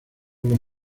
los